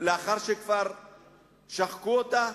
לאחר שכבר שחקו אותה?